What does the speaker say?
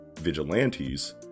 vigilantes